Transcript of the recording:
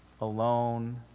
alone